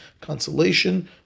consolation